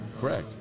Correct